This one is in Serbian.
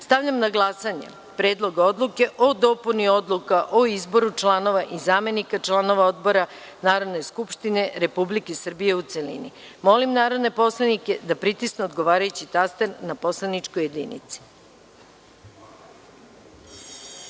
na glasanje Predlog odluke o dopuni Odluke o izboru članova i zamenika članova odbora Narodne skupštine Republike Srbije, u celini. Molim narodne poslanike da pritisnu odgovarajući taster na poslaničkoj